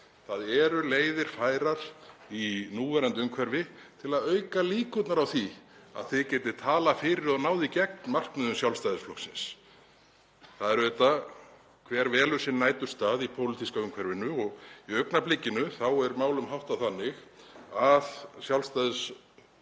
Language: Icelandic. Það eru leiðir færar í núverandi umhverfi til að auka líkurnar á því að þið getið talað fyrir og náð í gegn markmiðum Sjálfstæðisflokksins. Það er auðvitað þannig að hver velur sér næturstað í pólitíska umhverfinu og í augnablikinu er málum háttað þannig að Sjálfstæðsstuðningsmenn,